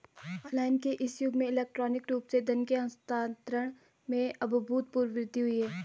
online के इस युग में इलेक्ट्रॉनिक रूप से धन के हस्तांतरण में अभूतपूर्व वृद्धि हुई है